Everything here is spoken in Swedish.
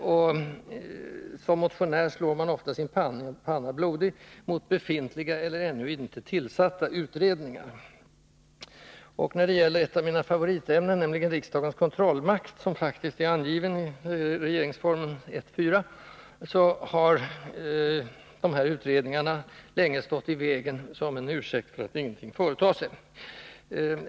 Som motionär slår man ofta sin panna blodig mot befintliga eller ännu inte tillsatta utredningar. När det gäller ett av mina favoritämnen, nämligen riksdagens kontrollmakt, som faktiskt är angiven i regeringsformen 1 kap. 4§, har dessa utredningar länge stått i vägen som en ursäkt för att ingenting företa sig.